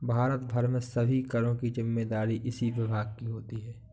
भारत भर में सभी करों की जिम्मेदारी इसी विभाग की होती है